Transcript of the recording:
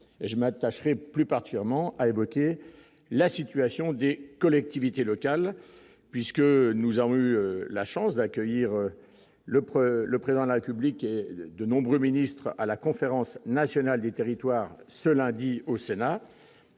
je m'attacherai plus partir, a évoqué la situation Des collectivités locales puisque nous avons eu la chance d'accueillir le 1er, le président de la République de nombreux ministres, à la conférence nationale des territoires ce lundi au Sénat